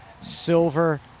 Silver